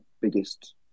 biggest